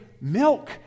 milk